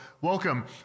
welcome